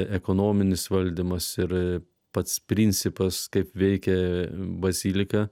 ekonominis valdymas ir pats principas kaip veikė bazilika